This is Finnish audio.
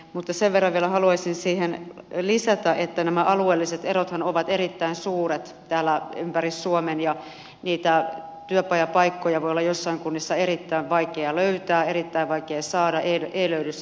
mutta sen verran vielä haluaisin siihen lisätä että nämä alueelliset erothan ovat erittäin suuret täällä ympäri suomen ja niitä työpajapaikkoja voi olla joissakin kunnissa erittäin vaikea löytää erittäin vaikea saada ei löydy sitä rahoitusta